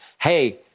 hey